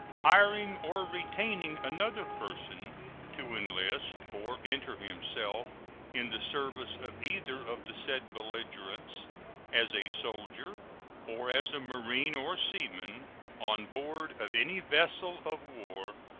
hiring or retaining another person to enlist or enter himself in the service of either of the said belligerents as a soldier or as a marine or seaman on board of any vessel of war,